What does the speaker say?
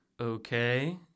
Okay